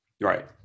right